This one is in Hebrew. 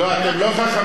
לא, אתם לא חכמים.